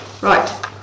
right